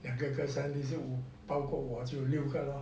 两个哥哥三个弟弟包括我就六个咯